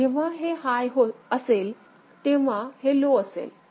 जेव्हा हे हाय असेल तेव्हा हे लो असेल